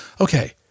Okay